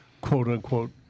quote-unquote